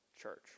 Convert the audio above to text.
church